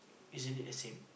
isn't it the same